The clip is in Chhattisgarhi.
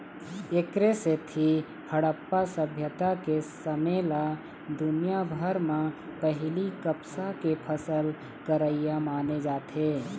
एखरे सेती हड़प्पा सभ्यता के समे ल दुनिया भर म पहिली कपसा के फसल करइया माने जाथे